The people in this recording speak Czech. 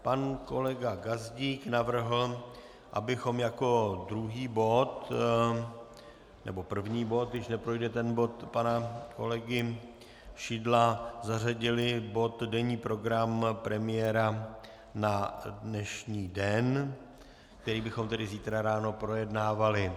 Pan kolega Gazdík navrhl, abychom jako druhý bod, nebo první bod, když neprojde ten bod pana kolegy Šidla, zařadili bod denní program premiéra na dnešní den, který bychom tedy zítra ráno projednávali.